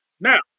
Now